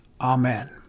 Amen